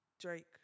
Drake